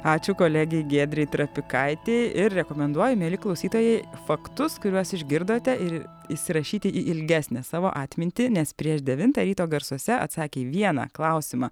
ačiū kolegei giedrei trapikaitei ir rekomenduoju mieli klausytojai faktus kuriuos išgirdote ir įsirašyti į ilgesnę savo atmintį nes prieš devintą ryto garsuose atsakę į vieną klausimą